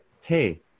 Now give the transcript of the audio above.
hey